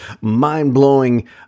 mind-blowing